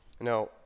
Now